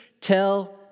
tell